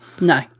No